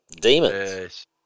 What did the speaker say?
Demons